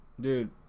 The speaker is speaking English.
Dude